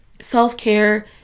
self-care